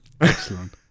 excellent